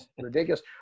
ridiculous